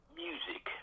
music